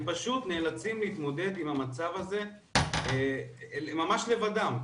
הם פשוט נאלצים להתמודד עם המצב הזה ממש לבדם.